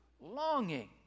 longing